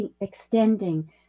extending